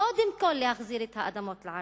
קודם כול להחזיר את האדמות לערבים.